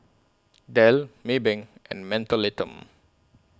Dell Maybank and Mentholatum